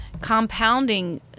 Compounding